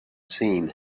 seen